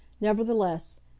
Nevertheless